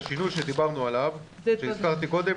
מחר אנחנו שולחים לו עוד כמה חולים קשים שכנראה הוא יכול לקבל אותם,